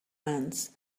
ants